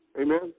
Amen